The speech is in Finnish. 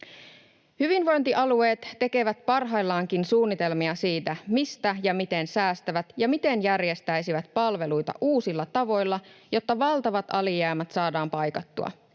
Hyvinvointialueet tekevät parhaillaankin suunnitelmia siitä, mistä ja miten säästävät ja miten järjestäisivät palveluita uusilla tavoilla, jotta valtavat alijäämät saadaan paikattua.